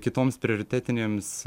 kitoms prioritetinėms